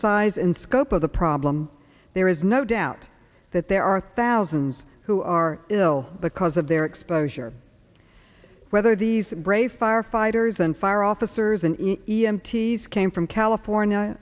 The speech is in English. size and scope of the problem there is no doubt that there are thousands who are ill because of their exposure whether these brave firefighters and fire officers an e m t came from california